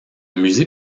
musée